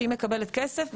שאם היא מקבלת כסף,